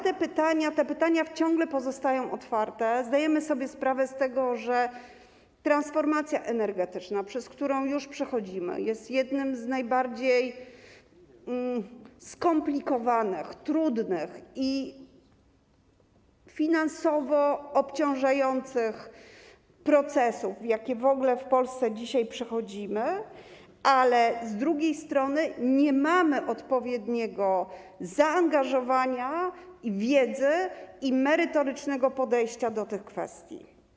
Te pytania ciągle pozostają otwarte, zdajemy sobie sprawę z tego, że transformacja energetyczna, którą już przechodzimy, jest jednym z najbardziej skomplikowanych, trudnych i finansowo obciążających procesów, jakie w Polsce dzisiaj przechodzimy, ale z drugiej strony nie mamy odpowiedniego zaangażowania, wiedzy i merytorycznego podejścia, jeśli chodzi o te kwestie.